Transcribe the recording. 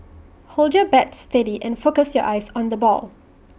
hold your bat steady and focus your eyes on the ball